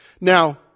Now